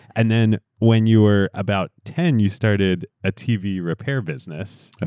and then when you were about ten, you started a tv repair business.